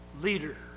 leader